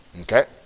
Okay